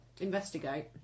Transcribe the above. investigate